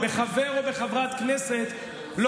בחבר או בחברת כנסת,